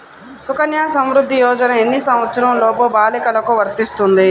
సుకన్య సంవృధ్ది యోజన ఎన్ని సంవత్సరంలోపు బాలికలకు వస్తుంది?